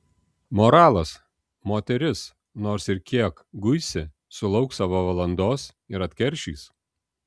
moralas moteris nors ir kiek guisi sulauks savo valandos ir atkeršys